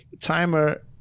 timer